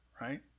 right